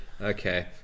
okay